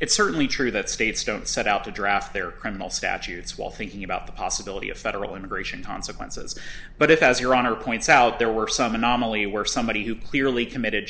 it's certainly true that states don't set out to draft their criminal statutes while thinking about the possibility of federal immigration consequences but if as your honor points out there were some anomaly where somebody who clearly committed